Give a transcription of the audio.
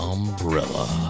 Umbrella